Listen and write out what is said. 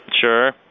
Sure